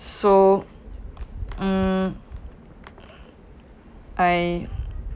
so um I